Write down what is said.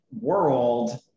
world